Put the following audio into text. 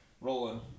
Rolling